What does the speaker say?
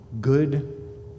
good